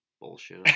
Bullshit